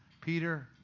Peter